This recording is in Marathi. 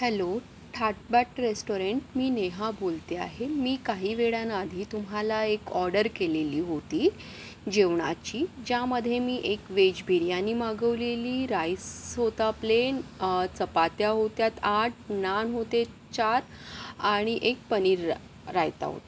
हॅलो थाटबाट रेस्टॉरंट मी नेहा बोलते आहे मी काही वेळांआधी तुम्हाला एक ऑर्डर केलेली होती जेवणाची ज्यामध्ये मी एक वेज बिर्याणी मागवलेली राईस होता प्लेन चपात्या होत्या आठ नान होते चार आणि एक पनीर रा रायता होता